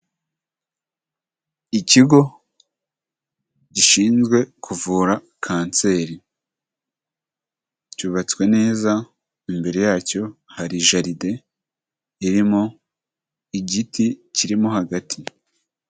Ikigo gishinzwe kuvura kanseri, cyubatswe neza imbere yacyo hari jaride irimo igiti kirimo hagati.